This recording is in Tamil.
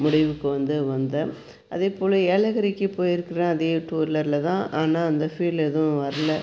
முடிவுக்கு வந்து வந்தேன் அதே போல் ஏலகிரிக்கு போயிருக்குறேன் அதே டூ வீலர்லதான் ஆனால் அந்த ஃபீல் எதுவும் வரல